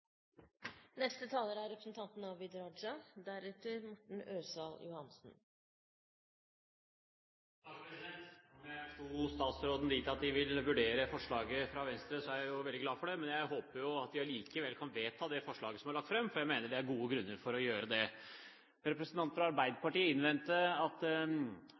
jeg forsto statsråden dit hen at de vil vurdere forslaget fra Venstre, er jeg veldig glad for det. Men jeg håper at de likevel kan vedta det forslaget som er lagt fram, for jeg mener det er gode grunner for å gjøre det. Når representanten fra Arbeiderpartiet innvendte at